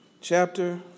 chapter